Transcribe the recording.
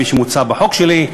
כפי שמוצע בחוק שלי,